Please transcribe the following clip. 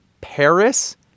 Paris